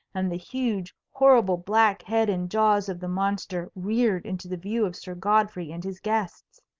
and the huge horrible black head and jaws of the monster reared into the view of sir godfrey and his guests.